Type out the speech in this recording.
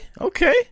Okay